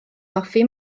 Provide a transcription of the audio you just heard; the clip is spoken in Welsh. hoffi